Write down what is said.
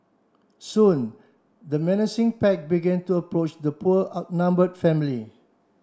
soon the menacing pack began to approach the poor outnumber family